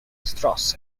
strauss